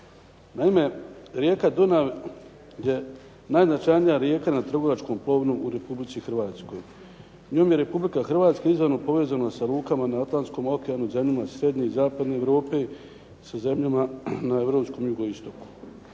Naime, rijeka Dunav je najznačajnija rijeka na trgovačkom plovilu u Republici Hrvatskoj. Njome je Republika Hrvatska izravno povezana sa lukama na Atlanskom okeanu, zemljama Srednje i Zapadne Europe, sa zemljama na europskom jugo-istoku.